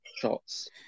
shots